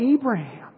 Abraham